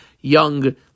young